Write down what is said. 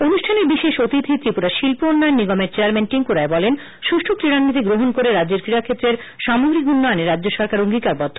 অনুষ্ঠানে বিশেষ অতিথি ত্রিপুরা শিল্পোন্নয়ন নিগমের চেয়ারম্যান টিংকু রায় বলেন সুষ্ঠু ক্রীডানীতি গ্রহণ করে রাজ্যের ক্রীডা ক্ষেত্রের সামগ্রিক উন্নয়নে রাজ্য সরকার অঙ্গীকারবদ্ধ